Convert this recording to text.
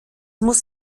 muss